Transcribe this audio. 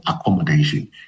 accommodation